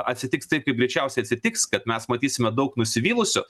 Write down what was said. atsitiks taip kaip greičiausiai atsitiks kad mes matysime daug nusivylusių